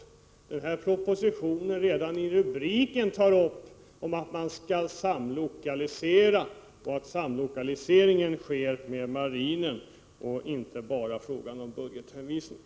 Redan i propositionens rubrik anges att det är fråga om en samlokalisering med marinen. Det är inte bara fråga om en budgethänvisning.